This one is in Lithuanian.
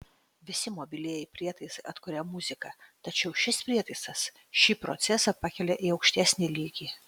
visi mobilieji prietaisai atkuria muziką tačiau šis prietaisas šį procesą pakelia į aukštesnį lygį